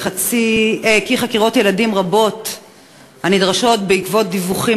כי חקירות ילדים רבות הנדרשות בעקבות דיווחים